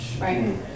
Right